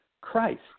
Christ